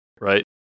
right